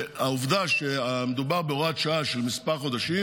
העובדה שמדובר בהוראת שעה של מספר חודשים,